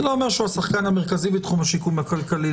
זה לא אומר שהוא השחקן המרכזי בתחום השיקום הכלכלי.